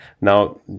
now